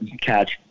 catch